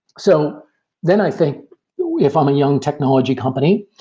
so then i think if i'm a young technology company,